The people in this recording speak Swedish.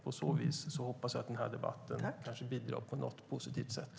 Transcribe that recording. På så vis hoppas jag att denna debatt bidrar på något positivt sätt.